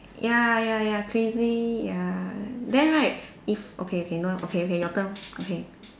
ya ya ya crazy ya then right if okay okay no okay okay your turn okay